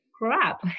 crap